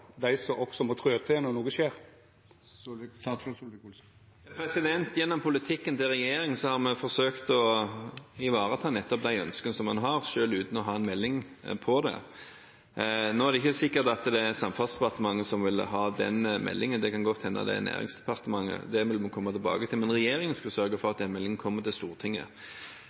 må trø til når noko skjer. Gjennom politikken til regjeringen har vi forsøkt å ivareta nettopp de ønskene som man har, selv uten å ha en melding om det. Nå er det ikke sikkert at det er Samferdselsdepartementet som vil ha den meldingen, det kan godt hende at det er Nærings- og fiskeridepartementet – det vil vi komme tilbake til – men regjeringen skal sørge for at den meldingen kommer til Stortinget.